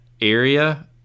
area